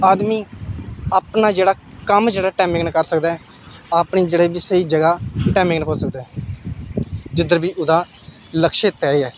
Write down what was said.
आदमी अपना जेह्ड़ा कम्म जेह्ड़ा टैमै कन्नै कर सकदा ऐ अपनी जेह्ड़ी बी स्हेई जगह टैमै कन्नै पुज्ज सकदा ऐ जिद्धर बी ओह्दा लक्ष्य तय ऐ